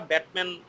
Batman